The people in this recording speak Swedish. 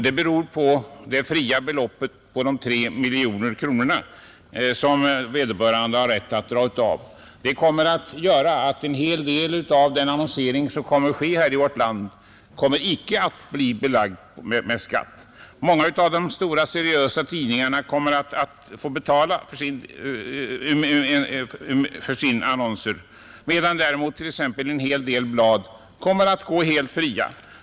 Detta beror på det fria beloppet på 3 miljoner kronor, som vederbörande har rätt att dra av, vilket kommer att medföra att en hel del av den kommande annonseringen i vårt land icke blir belagd med skatt. Många av de stora seriösa tidningarna kommer att tvingas betala skatt för sina annonser, medan däremot t.ex. en hel del annonsblad kommer att gå helt fria.